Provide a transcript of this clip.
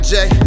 Jay